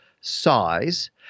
size